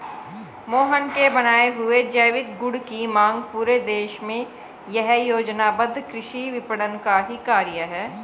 मोहन के बनाए हुए जैविक गुड की मांग पूरे देश में यह योजनाबद्ध कृषि विपणन का ही कार्य है